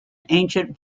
ancient